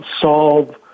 solve